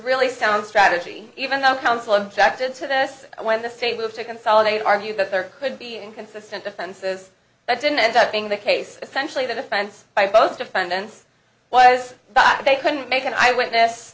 really sound strategy even though counsel objected to this when the state moved to consolidate our view that there could be inconsistent offenses that didn't end up being the case essentially the defense by both defendants was that they couldn't make an eyewitness